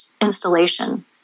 installation